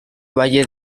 valle